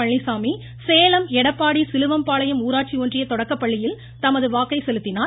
பழனிசாமி சேலம் எடப்பாடி சிலுவம்பாளையம் ஊராட்சி ஒன்றிய தொடக்கப்பள்ளியில் தமது வாக்கை செலுத்தினார்